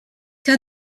qu’a